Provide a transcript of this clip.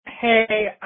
Hey